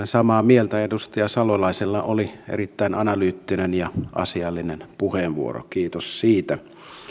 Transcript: samaa mieltä edustaja salolaisella oli erittäin analyyttinen ja asiallinen puheenvuoro kiitos siitä